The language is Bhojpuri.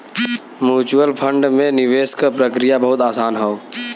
म्यूच्यूअल फण्ड में निवेश क प्रक्रिया बहुत आसान हौ